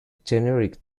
generic